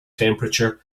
temperature